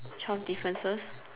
twelve differences